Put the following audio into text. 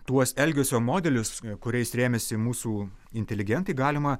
tuos elgesio modelius kuriais rėmėsi mūsų inteligentai galima